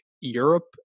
Europe